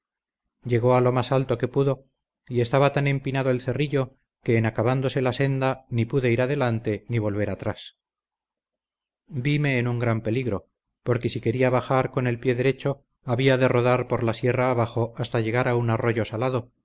llegó a lo más alto que pudo y estaba tan empinado el cerrillo que en acabándose la senda ni pude ir adelante ni volver atrás vime en un gran peligro porque si quería bajar con el pie derecho había de rodar por la sierra abajo hasta llegar a un arroyo salado